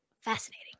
fascinating